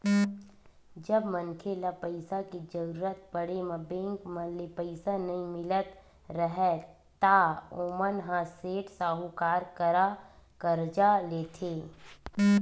जब मनखे ल पइसा के जरुरत पड़े म बेंक मन ले पइसा नइ मिलत राहय ता ओमन ह सेठ, साहूकार करा करजा लेथे